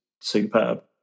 superb